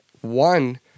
one